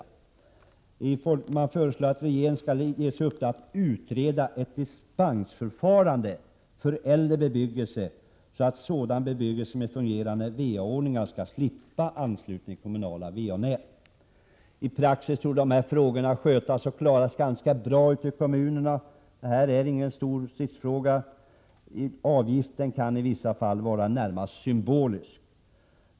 I folkpartimotionen, som ligger till grund för reservationen, föreslås att regeringen skall ges i uppdrag att utreda ett dispensförfarande för äldre bebyggelse, så att sådan bebyggelse med fungerande va-anordningar skall slippa anslutning till kommunala va-nät. I praxis torde den här frågan skötas ganska bra ute i kommunerna. Den är som sagt ingen stor stridsfråga. Avgiften kan i vissa fall vara närmast symbolisk.